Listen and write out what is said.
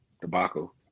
Tobacco